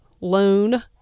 loan